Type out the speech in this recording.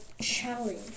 challenge